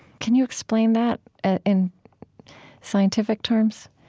can you explain that in scientific terms?